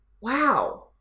wow